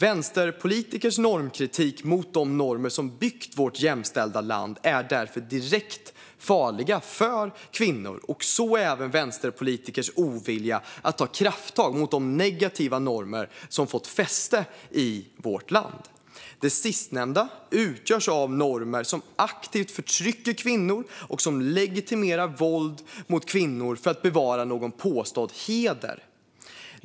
Vänsterpolitikers normkritik mot de normer som byggt vårt jämställda land är därför direkt farliga för kvinnor, och så även vänsterpolitikers ovilja att ta krafttag mot de negativa normer som fått fäste i vårt land. Det sistnämnda utgörs av normer som aktivt förtrycker kvinnor och som legitimerar våld mot kvinnor för att bevara någon påstådd heder.